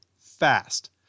fast